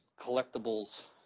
collectibles